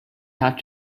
had